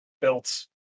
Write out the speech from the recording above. built